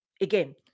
Again